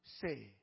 say